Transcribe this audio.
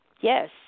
Yes